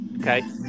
okay